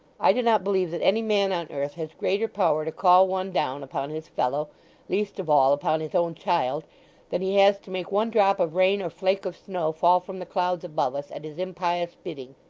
i do not believe that any man on earth has greater power to call one down upon his fellow least of all, upon his own child than he has to make one drop of rain or flake of snow fall from the clouds above us at his impious bidding.